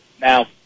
now